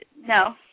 No